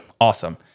awesome